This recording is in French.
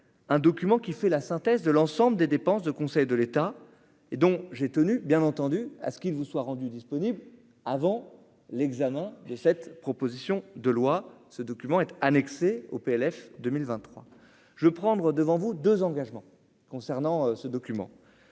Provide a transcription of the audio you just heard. un document qui fait la synthèse de l'ensemble des dépenses de conseil de l'État et donc j'ai tenu bien entendu à ce qu'il vous soit rendue disponible avant l'examen de cette proposition de loi ce document annexé au PLF 2023 je prendre devant vous, 2 engagements concernant ce document